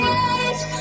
edge